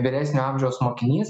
vyresnio amžiaus mokinys